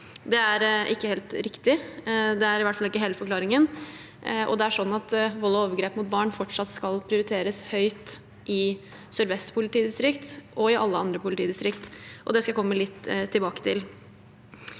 Det er ikke helt riktig. Det er i hvert fall ikke hele forklaringen, og vold og overgrep mot barn skal fortsatt prioriteres høyt i Sør-Vest politidistrikt og i alle andre politidistrikt. Det skal jeg komme litt tilbake til.